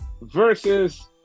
Versus